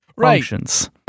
functions